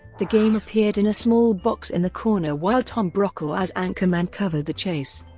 the game appeared in a small box in the corner while tom brokaw as anchorman covered the chase.